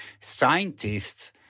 scientists